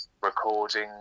recording